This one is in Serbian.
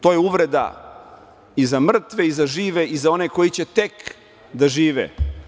To je uvreda i za mrtve i za žive i za one koji će tek da žive.